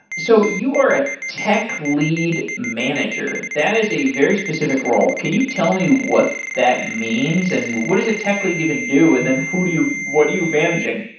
so you are a tech lead manager. that is a very specific role. can you tell me what that means? and what does a tech lead even do and then who do you what are you managing?